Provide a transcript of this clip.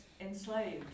enslaved